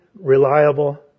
reliable